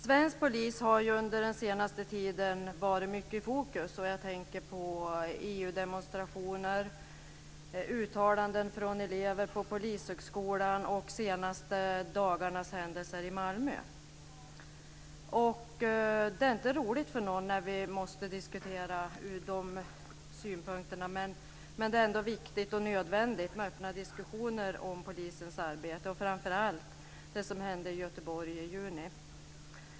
Svensk polis har under den senaste tiden varit mycket i fokus. Jag tänker på EU-demonstrationer, uttalanden från elever vid Polishögskolan och de senaste dagarnas händelser i Malmö. Det är inte roligt för någon när vi måste diskutera frågan ur de synpunkterna, men det är ändå viktigt och nödvändigt med öppna diskussioner om polisens arbete och framför allt om det som hände i Göteborg i juni.